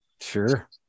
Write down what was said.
Sure